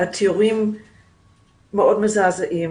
התיאורים מאוד מזעזעים